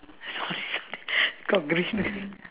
sorry sorry got green car